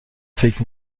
فکر